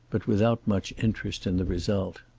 but without much interest in the result.